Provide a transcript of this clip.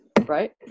right